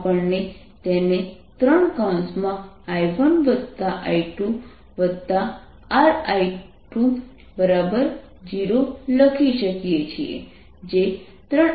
આપણે તેને 3I1I2RI20 લખી શકીએ છીએ જે 3I13RI20 છે